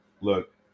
look